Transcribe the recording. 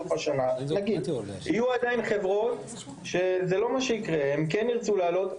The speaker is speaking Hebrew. עד סוף השנה עדיין יהיו חברות שכן ירצו להעלות.